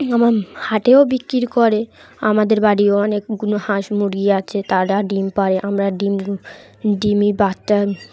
আমার হাটেও বিক্রি করে আমাদের বাড়িও অনেকগুলো হাঁস মুরগি আছে তারা ডিম পারে আমরা ডিম ডিমি বাচ্চা